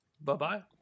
Bye-bye